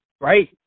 Right